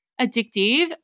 addictive